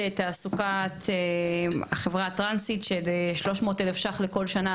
את תעסוקת החברה הטרנסית של 300,000 ש"ח לכל שנה,